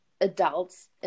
adults